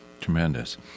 Tremendous